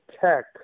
Tech